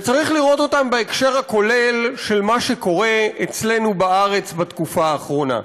צריך לראות אותם בהקשר הכולל של מה שקורה אצלנו בארץ בתקופה האחרונה.